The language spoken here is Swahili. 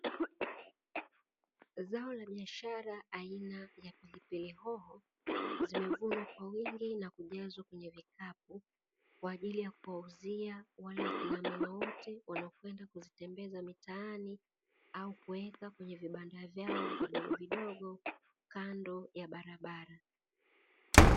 Zao la biashara aina ya pilipili hoho zimevunwa kwa wingi na kujazwa kwenye vikapu, kwa ajili ya kuwauzia wale kinamama wote wanaokwenda kuzitembeza mitaani au kuweka kwenye vibanda vyao vidogovidogo kando ya barabara.